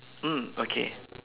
mm okay